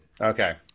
Okay